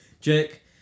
Jake